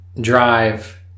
drive